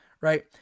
right